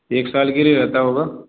एक साल के लिए रहता होगा